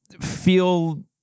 feel